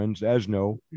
Asno